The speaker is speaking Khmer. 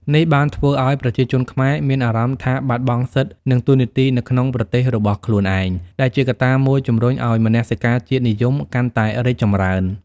នេះបានធ្វើឱ្យប្រជាជនខ្មែរមានអារម្មណ៍ថាបាត់បង់សិទ្ធិ និងតួនាទីនៅក្នុងប្រទេសរបស់ខ្លួនឯង ដែលជាកត្តាមួយជំរុញឱ្យមនសិការជាតិនិយមកាន់តែរីកចម្រើន។